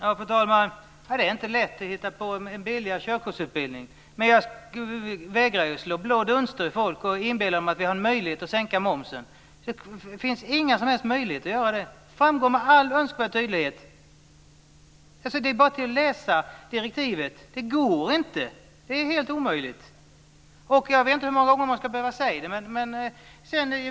Fru talman! Det är inte lätt att hitta på en billigare körkortsutbildning. Men jag vägrar att slå blå dunster i ögonen på folk och inbilla dem att vi har en möjlighet att sänka momsen. Det finns inga som helst möjligheter att göra det! Det framgår med all önskvärd tydlighet. Det är bara att läsa direktivet - det går inte. Det är helt omöjligt! Jag vet inte hur många gånger jag ska behöva säga detta.